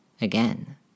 again